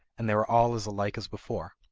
and they were all as alike as before.